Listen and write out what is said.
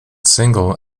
single